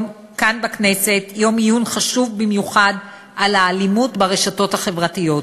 כאן בכנסת יום עיון חשוב במיוחד על האלימות ברשתות החברתיות.